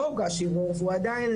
לא הוגש ערעור והוא עדיין